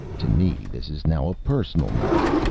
to me this is now a personal matter,